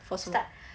for 什么